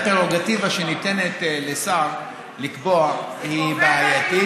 הפררוגטיבה שניתנת לשר לקבוע היא בעייתית,